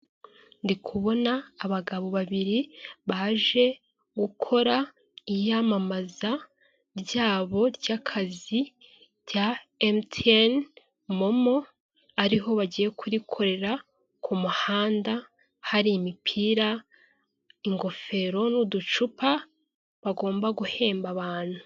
Ndikubona abagabo babiri baje gukora iyamamaza ryabo ry'akazi rya MTN momo ariho bagiye kurikorera ku muhanda hari imipira, ingofero n'uducupa bagomba guhemba abantu .